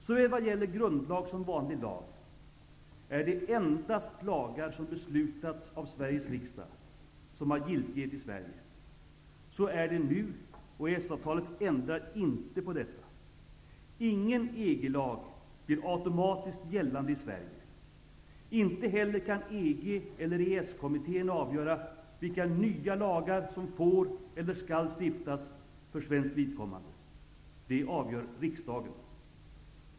Såväl vad gäller grundlag som vanlig lag är det endast lagar som beslutats av Sveriges riksdag som har giltighet i Sverige. Så är det nu och EES-avtalet ändrar inte på detta. Ingen EG-lag blir automatiskt gällande i Sverige. Inte heller kan EG eller EES-kommittén avgöra vilka nya lagar som får eller skall stiftas för svenskt vidkommande. Det avgör riksdagen.